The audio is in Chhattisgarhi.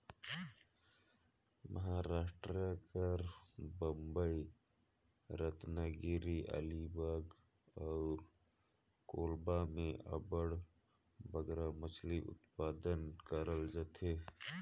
महारास्ट कर बंबई, रतनगिरी, अलीबाग अउ कोलाबा में अब्बड़ बगरा मछरी उत्पादन करल जाथे